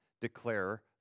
declare